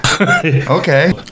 Okay